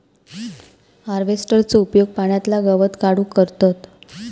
हार्वेस्टरचो उपयोग पाण्यातला गवत काढूक करतत